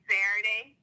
Saturday